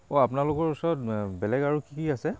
অঁ আপোনালোকৰ ওচৰত বেলেগ আৰু কি কি আছে